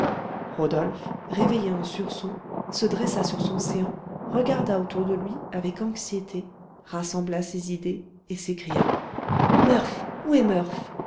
rodolphe réveillé en sursaut se dressa sur son séant regarda autour de lui avec anxiété rassembla ses idées et s'écria